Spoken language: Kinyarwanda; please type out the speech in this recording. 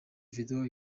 video